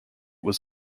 was